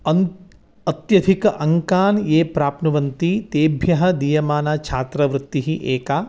अन् अत्यधिक अङ्कान् ये प्राप्नुवन्ति तेभ्यः दीयमाना छात्रवृत्तिः एका